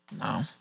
No